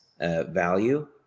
value